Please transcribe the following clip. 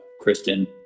Kristen